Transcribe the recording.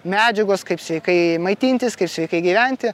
medžiagos kaip sveikai maitintis sveikai gyventi